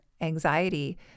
anxiety